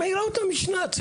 את מעירה אותם משנ"צ.